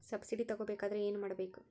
Subsidy ತಗೊಬೇಕಾದರೆ ಏನು ಮಾಡಬೇಕು?